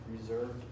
reserved